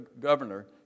governor